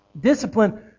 Discipline